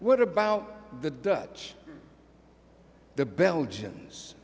what about the dutch the belgians